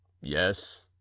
yes